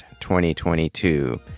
2022